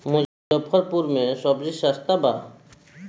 मुजफ्फरपुर में सबजी सस्ता बा